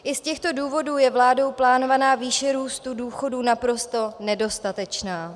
I z těchto důvodů je vládou plánovaná výše růstu důchodů naprosto nedostatečná.